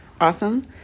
awesome